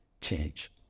change